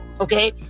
okay